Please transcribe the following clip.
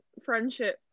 friendship